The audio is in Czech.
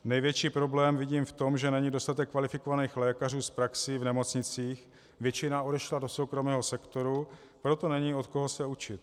Největší problém vidím v tom, že není dostatek kvalifikovaných lékařů s praxí v nemocnicích, většina odešla do soukromého sektoru, proto není od koho se učit.